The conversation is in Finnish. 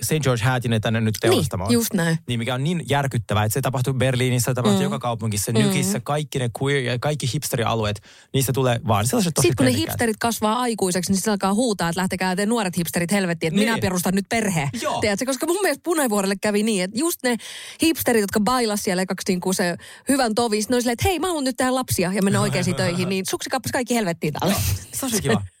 St. George Hatin ei tänne nyt Niin, teurastamoon. just näin. Niin, mikä on niin järkyttävää, että se tapahtui Berliinissä, se tapahtui Mm. joka kaupungissa, Nykissä, Mm. kaikki ne queer- ja kaikki hipsterialueet, niistä tulee vaan sellaiset tosi Sit kun ne pienikäät. hipsterit kasvaa aikuiseksi, niin sit alkaa huutaa, että lähtekää te nuoret hipsterit helvettiin, että minä Niin. perustan nyt perhe. Joo. Tiedätkö, koska mun mielestä Punavuorelle kävi niin, että just ne hipsterit, jotka bailas siellä kaksi niinku se hyvän tovin, sit ne oli silleen, että hei, mä haluan nyt tehdä lapsia, ja mennä oikeisiin töihin, niin suksi kappas kaikki helvettiin täällä. Joo, se on se kiva.